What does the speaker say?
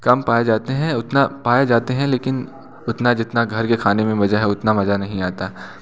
कम पाए जाते हैं उतना पाए जाते हैं लेकिन उतना जितना घर के खाने में मज़ा है उतना मज़ा नहीं आता